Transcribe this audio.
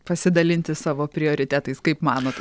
pasidalinti savo prioritetais kaip manot